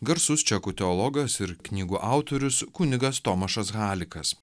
garsus čekų teologas ir knygų autorius kunigas tomašas halikas